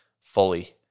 fully